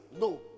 no